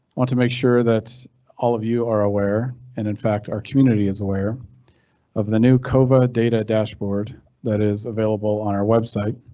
want to make sure that all of you are aware, and in fact our community is aware of the new covid data dashboard that is available on our website.